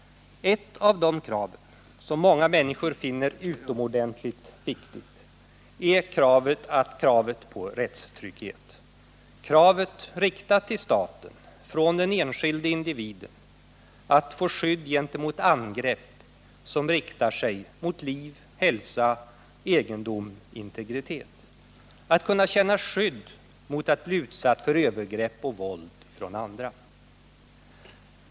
Ett av de kraven, som många människor finner utomordentligt viktigt, är kravet på rättstrygghet. Det är riktat till staten från den enskilde individen, och det gäller skydd för individen gentemot angrepp som riktar sig mot liv, hälsa, egendom, integritet. Det är att kunna känna att man har ett skydd mot att bli utsatt för övergrepp och våld från andra.